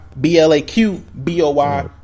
B-L-A-Q-B-O-Y